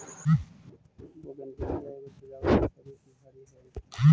bougainvillea एगो सजावट में प्रयुक्त झाड़ी हई